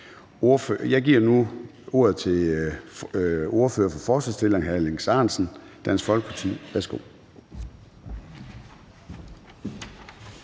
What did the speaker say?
Jeg giver nu ordet til ordføreren for forslagsstillerne, hr. Alex Ahrendtsen, Dansk Folkeparti. Værsgo.